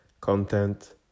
content